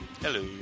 Hello